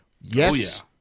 Yes